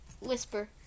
Whisper